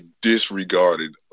disregarded